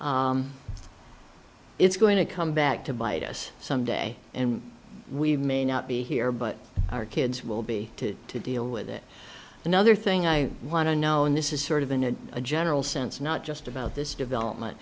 it it's going to come back to bite us someday and we may not be here but our kids will be to deal with it another thing i want to know and this is sort of in a general sense not just about this development